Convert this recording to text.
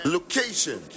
Location